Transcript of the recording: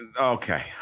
Okay